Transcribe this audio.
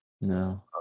No